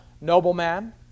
nobleman